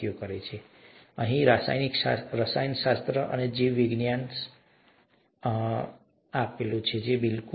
અને પછી અહીં રસાયણશાસ્ત્ર અને જીવવિજ્ઞાન હમ્મ બરાબર